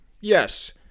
yes